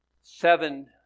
seven